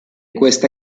questa